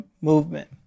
movement